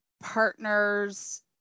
partners